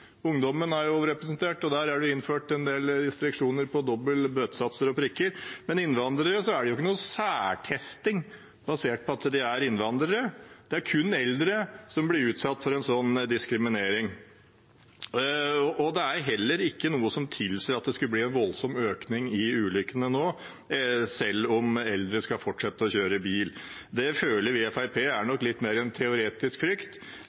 Ungdommen er overrepresentert, og det er innført en del restriksjoner, som doble bøtesatser og prikker, men for innvandrere er det ikke noen særtesting basert på at de er innvandrere. Det er kun eldre som blir utsatt for en sånn diskriminering. Det er heller ikke noe som tilsier at det skulle bli en voldsom økning i ulykker nå, selv om eldre skal fortsette å kjøre bil. Det føler vi i Fremskrittspartiet nok er en litt mer teoretisk frykt